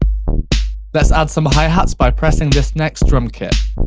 let's add some high hats, by pressing this next drum kit.